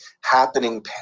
happening